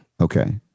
Okay